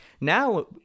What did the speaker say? Now